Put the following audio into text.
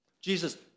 Jesus